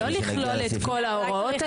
זה לא לכלול את כל ההוראות.